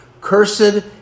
Cursed